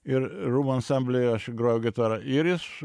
ir rūmų ansambly aš grojau gitara ir jis